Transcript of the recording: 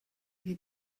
chi